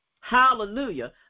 Hallelujah